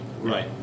Right